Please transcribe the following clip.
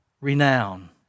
renown